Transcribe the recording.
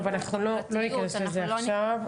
טוב, אנחנו לא ניכנס לזה עכשיו.